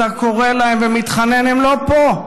אתה קורא להם ומתחנן, הם לא פה.